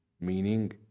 Meaning